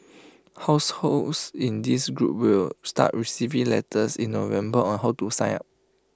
households in this group will start receiving letters in November on how to sign up